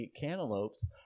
cantaloupes